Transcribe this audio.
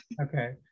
Okay